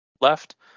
left